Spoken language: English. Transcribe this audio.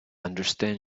understand